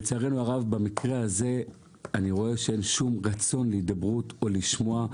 לצערנו הרב במקרה הזה אני רואה שאין שום רצון להידברות או לשמוע.